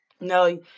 No